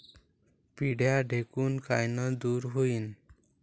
पिढ्या ढेकूण कायनं दूर होईन?